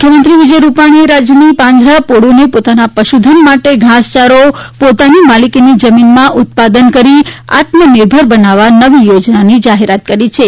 મુખ્યમંત્રી શ્રી વિજય રૂપાણીએ રાજ્યની પાંજરાપોળોને પોતાના પશ્ચધન માટે ઘાસચારો પોતાની માલિકીની જમીનમાં ઉત્પાદન કરી આત્મનિર્ભર બનાવવા નવી યોજનાની જાહેરાત કરી છે